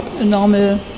normal